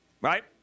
Right